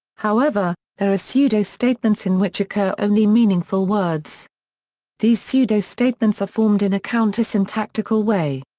however, there are pseudo-statements in which occur only meaningful words these pseudo-statements are formed in a counter-syntactical way.